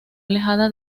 alejada